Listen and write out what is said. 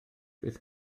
beth